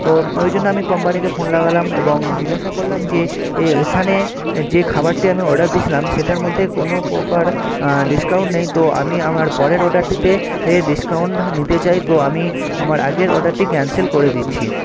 ও ওই জন্য আমি কম্পানিকে ফোন লাগালাম এবং জিজ্ঞাসা করলাম যে এ এখানে যে খাবারটি আমি অর্ডার দিয়েছিলাম সেটার মধ্যে কোনও প্রকার ডিসকাউন্ট নেই তো আমি আমার পরের অর্ডারটিতে এ ডিসকাউন্ট নিতে চাই তো আমি আমার আগের অর্ডারটি ক্যান্সেল করে দিচ্ছি